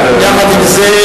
עם זה,